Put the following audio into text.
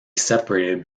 separated